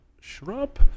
shrub